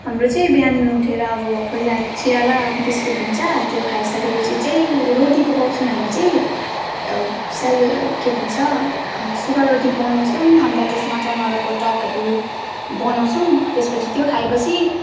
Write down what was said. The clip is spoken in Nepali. हाम्रो चाहिँ बिहान उठेर अब पहिला चिया र बिस्कुट हुन्छ त्यो खाइसकेपछि चाहिँ रोटी पकाउँछौँ हामी चाहिँ सेल के भन्छ सुखा रोटी बनाउँछौँ अन्त त्यसमा टमाटरको टकहरू बनाउँछौँ त्यसपछि त्यो खाएपछि